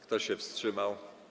Kto się wstrzymał?